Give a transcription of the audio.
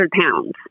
pounds